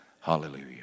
Hallelujah